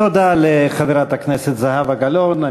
תודה לחברת הכנסת זהבה גלאון.